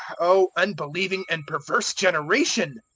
o unbelieving and perverse generation!